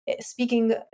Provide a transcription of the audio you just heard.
speaking